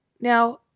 Now